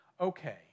okay